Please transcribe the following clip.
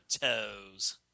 toes